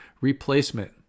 replacement